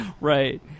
Right